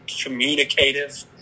communicative